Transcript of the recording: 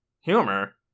Humor